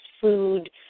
food